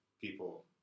people